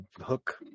hook